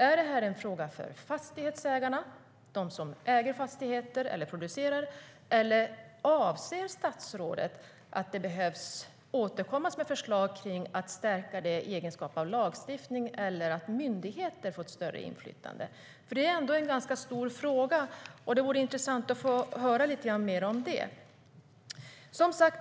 Är det en fråga för fastighetsägarna, de som äger fastigheter eller producerar dem? Anser statsrådet att man behöver återkomma med förslag om att stärka det i egenskap av lagstiftning så att myndigheter får ett större inflytande? Det är ändå en ganska stor fråga. Det vore intressant att få höra lite grann mer om det.